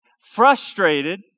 frustrated